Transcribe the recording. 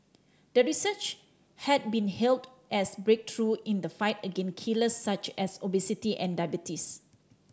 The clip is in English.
the research had been hailed as breakthrough in the fight against killer such as obesity and diabetes